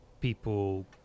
people